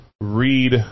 read